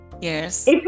Yes